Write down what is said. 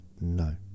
no